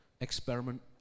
experiment